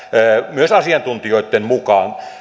myös asiantuntijoitten mukaan